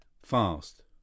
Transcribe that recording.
Fast